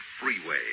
freeway